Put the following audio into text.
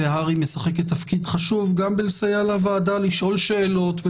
הר"י משחקת תפקיד חשוב גם בלסייע לוועדה לשאול שאלות.